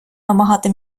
вимагати